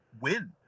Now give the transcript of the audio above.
win